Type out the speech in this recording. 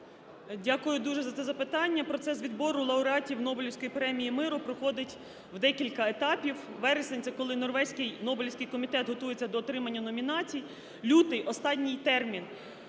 Дякую дуже за це запитання. Процес відбору лауреатів Нобелівської премії миру проходить в декілька етапів. Вересень – це коли Норвезький Нобелівський комітет готується до отримання номінацій. Лютий – останній термін